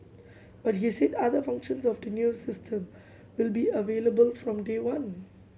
but he said other functions of the new system will be available from day one